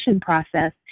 process